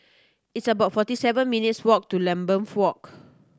it's about forty seven minutes' walk to Lambeth Walk